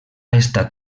estat